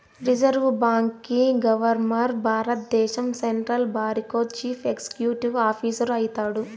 reserve బాంకీ governor భారద్దేశం central బారికో చీఫ్ ఎక్సిక్యూటివ్ ఆఫీసరు అయితాడు